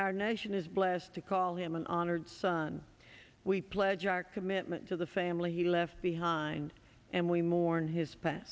our nation is blessed to call him an honored son we pledge our commitment to the family he left behind and we mourn his